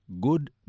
good